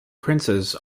princes